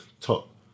top